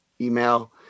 email